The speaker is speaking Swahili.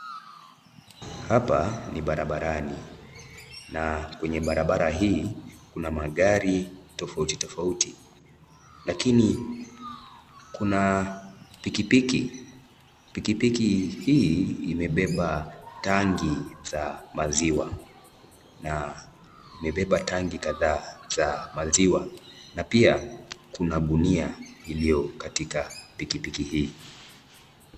Hapa ni barabarani na kwenye barabara hii kuna magari tofauti tofauti. Lakini kuna pikipiki. Pikipiki hii imebeba tangi za maziwa na imebeba tangi kadhaa za maziwa na pia kuna gunia iliyo katika pikipiki hii.